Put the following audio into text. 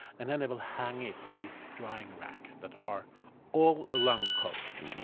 and then they will hang it on these drying racks that are all along the coast.